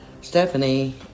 Stephanie